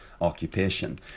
occupation